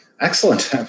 excellent